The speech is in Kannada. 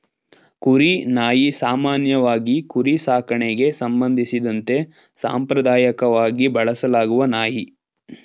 ಕುರಿ ನಾಯಿ ಸಾಮಾನ್ಯವಾಗಿ ಕುರಿ ಸಾಕಣೆಗೆ ಸಂಬಂಧಿಸಿದಂತೆ ಸಾಂಪ್ರದಾಯಕವಾಗಿ ಬಳಸಲಾಗುವ ನಾಯಿ